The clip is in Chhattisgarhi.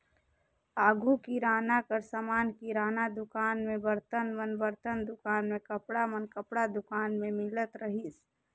आघु किराना कर समान किराना दुकान में, बरतन मन बरतन दुकान में, कपड़ा मन कपड़ा दुकान में मिलत रहिस